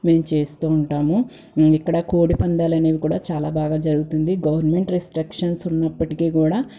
మేము చేస్తూ ఉంటాము ఇక్కడ కోడి పందాలనేవి కూడా చాలా బాగా జరుగుతుంది గవర్నమెంట్ రిస్ట్రక్షన్స్ ఉన్నప్పటికి కూడా